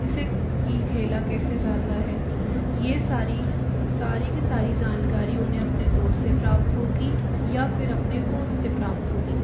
इसे खेला कैसे जाता है यह सारी सारी की सारी जानकारी उन्हें अपने दोस्त से प्राप्त होगी या फ़िर अपने कोच से प्राप्त होगी